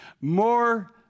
More